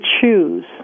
choose